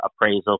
appraisal